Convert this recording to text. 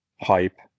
hype